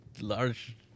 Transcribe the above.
large